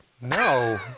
No